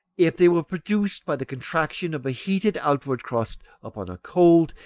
if they were produced by the contraction of a heated outward crust upon a cold,